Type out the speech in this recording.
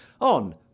on